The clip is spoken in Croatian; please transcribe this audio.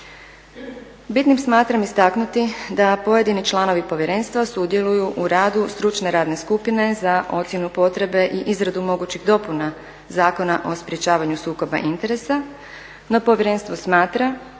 Bitnim smatram istaknuti da pojedini članovi povjerenstva sudjeluju u radu stručne radne skupine za ocjenu potrebe i izradu mogućih dopuna Zakona o sprečavanju sukoba interesa, no povjerenstvo smatra